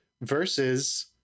versus